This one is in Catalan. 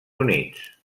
units